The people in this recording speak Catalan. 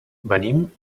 venim